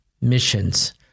missions